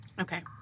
Okay